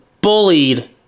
bullied